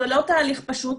זה לא תהליך פשוט,